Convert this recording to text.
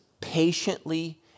patiently